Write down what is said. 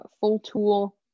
full-tool